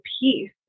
peace